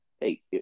Hey